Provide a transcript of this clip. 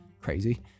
crazy